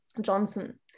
Johnson